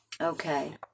Okay